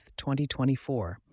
2024